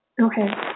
Okay